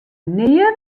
nea